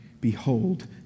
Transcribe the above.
Behold